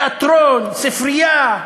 תיאטרון, ספרייה,